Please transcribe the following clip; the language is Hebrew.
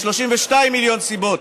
ו-32 מיליון סיבות,